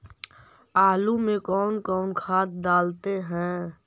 आलू में कौन कौन खाद डालते हैं?